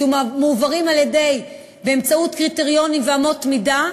שמועברים באמצעות קריטריונים ואמות מידה,